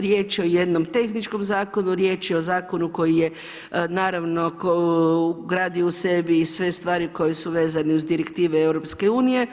Riječ je o jednom tehničkom zakonu, riječ je o zakonu koji je naravno ugradio u sebi i sve stvari koje su vezane uz direktive EU.